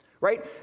right